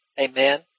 Amen